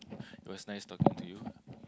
it was nice talking to you